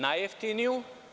Najjeftiniju.